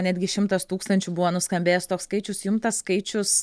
netgi šimtas tūkstančių buvo nuskambėjęs toks skaičius jum toks skaičius